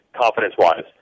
confidence-wise